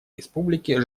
республики